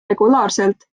regulaarselt